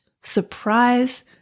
surprise